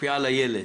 משפיעה על הילד.